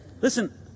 Listen